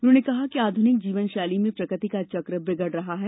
उन्होंने कहा कि आध्रनिक जीवन शैली में प्रकृति का चक्र बिगड़ रहा है